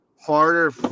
harder